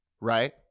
right